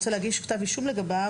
אם רוצה להגיש כתב אישום לגביו,